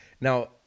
Now